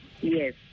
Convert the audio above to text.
Yes